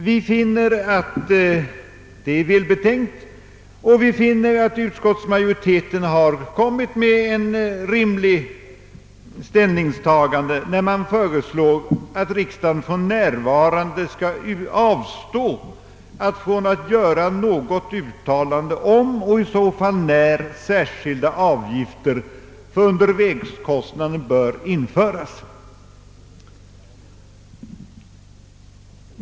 Vi finner det välbetänkt, och där är utskottsmajoritetens ställningstagande rimligt, att riksdagen för närvarande avstår från att göra något uttalande om och när sär skilda avgifter för undervägskostnaderna bör införas.